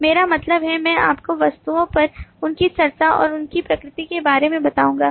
मेरा मतलब है मैं आपको वस्तुओं पर उनकी चर्चा और उनकी प्रकृति के बारे में बताऊंगा